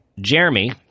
Jeremy